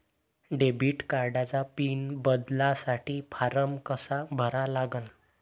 Debit कार्डचा pin बदलासाठी form कसा भरा लागन?